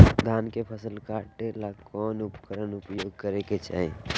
धान के फसल काटे ला कौन उपकरण उपयोग करे के चाही?